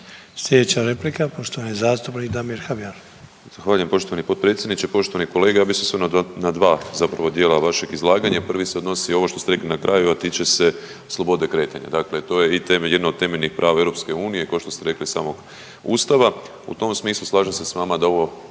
Slijedeća replika poštovani zastupnik Damir Habijan. **Habijan, Damir (HDZ)** Zahvaljujem poštovani potpredsjedniče. Poštovani kolega, ja bi se osvrnuo na dva zapravo djela vašeg izlaganja. Prvi se odnosi ovo što ste rekli na kraju, a tiče se slobode kretanja, dakle to je i temelj, jedna od temeljnih prava EU, košto ste rekli i samog ustava. U tom smislu slažem se s vama da ovo